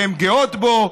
שהן גאות בו,